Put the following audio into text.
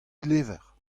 levr